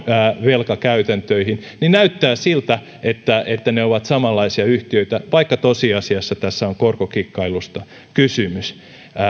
velkakäytäntöihin niin näyttää siltä että että ne ovat samanlaisia yhtiötä vaikka tosiasiassa tässä on korkokikkailusta kysymys